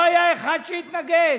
לא היה אחד שהתנגד.